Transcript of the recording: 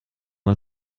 mal